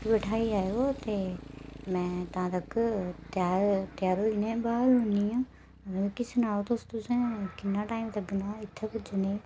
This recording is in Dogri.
मिगी बठाई लैओ ते में तां तक त्यार त्यार होई जन्नियां मिकी सनाओ तुस किन्ना टाईम लगना इत्थै पुज्जने तोड़ी